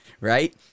Right